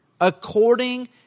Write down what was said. according